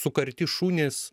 sukarti šunys